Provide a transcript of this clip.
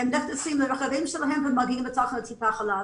נכנסים לרכבים שלהם ומגיעים לתחנות טיפות החלב.